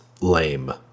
lame